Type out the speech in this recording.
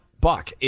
Buck